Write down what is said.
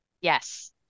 Yes